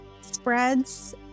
spreads